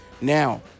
Now